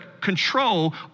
control